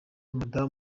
madam